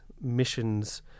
missions